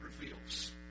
reveals